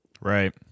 right